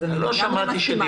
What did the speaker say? אז אני לגמרי מסכימה איתך.